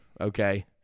Okay